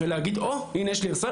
בשביל להגיד "הו, הנה יש לי איירסופט"?